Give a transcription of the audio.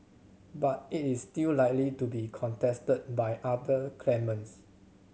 but it is still likely to be contested by other claimants